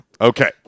Okay